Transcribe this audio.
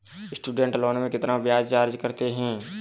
Student loan में कितना ब्याज चार्ज करते हैं?